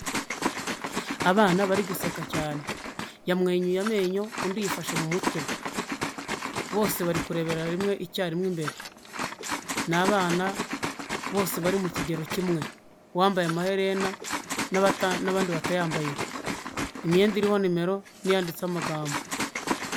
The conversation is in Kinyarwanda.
Abana bari guseka cyane yamwenyuye amenyo, undi yifashe mu mutwe bose bari kurebera rimwe icyarimwe imbere, n'abana bose bari mu kigero kimwe uwambaye amaherena n'abandi batayambaye imyenda iriho nimero niyanditseho amagambo.